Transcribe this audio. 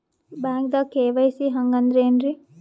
ಬ್ಯಾಂಕ್ದಾಗ ಕೆ.ವೈ.ಸಿ ಹಂಗ್ ಅಂದ್ರೆ ಏನ್ರೀ?